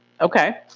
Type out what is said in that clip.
Okay